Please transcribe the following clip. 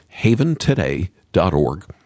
haventoday.org